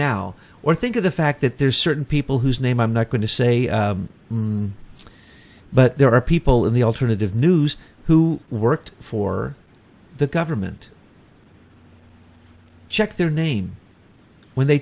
now or think of the fact that there are certain people whose name i'm not going to say but there are people in the alternative news who worked for the government check their name when they